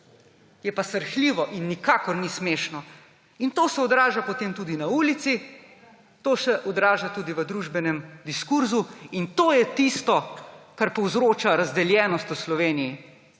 je srhljivo in nikakor ni smešno. To se odraža potem tudi na ulici, to se odraža tudi v družbenem diskurzu in to je tisto, kar povzroča razdeljenost v Sloveniji.